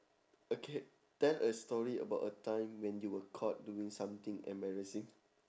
okay tell a story about a time when you were caught doing something embarrassing